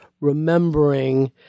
remembering